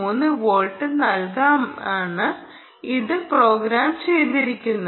3 volt നൽകാനാണ് ഇത് programme ചെയ്തിരിക്കുന്നത്